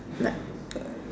like